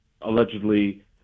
allegedly